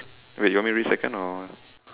wait you want me to read second or